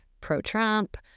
pro-Trump